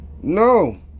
no